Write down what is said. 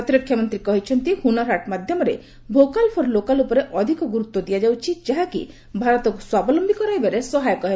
ପ୍ରତିରକ୍ଷା ମନ୍ତ୍ରୀ କହିଛନ୍ତି ହୁନର ହାଟ୍ ମାଧ୍ୟମରେ 'ଭୋକାଲ୍ ଫର୍ ଲୋକାଲ୍' ଉପରେ ଅଧିକ ଗୁରୁତ୍ୱ ଦିଆଯାଉଛି ଯାହାକି ଭାରତକୁ ସ୍ୱାବଲମ୍ଭୀ କରାଇବାରେ ସହାୟକ ହେବ